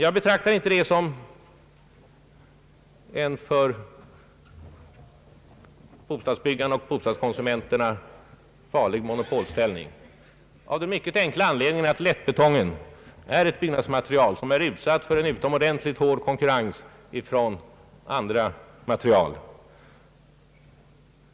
Jag betraktar inte detta såsom en för bostadsbyggandet och bostadskonsumenterna farlig monopolställning av den mycket enkla anledningen att lättbetong är ett byggnadsmaterial, som är utsatt för en mycket hård konkurrens från andra material.